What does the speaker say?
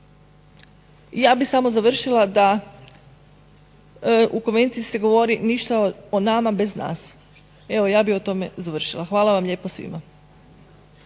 ja bih samo završila da u Konvenciji se govori ništa o nama bez nas. Evo ja bi o tome završila. Hvala vam lijepo svima.